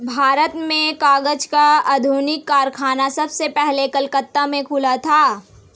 भारत में कागज का आधुनिक कारखाना सबसे पहले कलकत्ता में खुला था